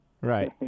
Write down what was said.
Right